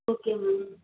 okay ma'am